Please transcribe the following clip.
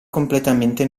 completamente